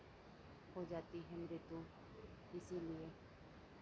हो जाती है मृत्यु इसीलिए